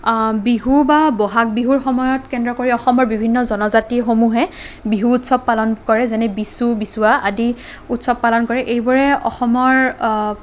বিহু বা বহাগ বিহুৰ সময়ত কেন্দ্ৰ কৰি অসমৰ বিভিন্ন জনজাতিসমূহে বিহু উৎচৱ পালন কৰে যেনে বিচু বিচুৱা আদি উৎচৱ পালন কৰে এইবোৰে অসমৰ